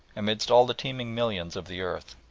amidst all the teeming millions of the earth.